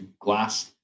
glass